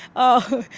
oh,